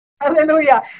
Hallelujah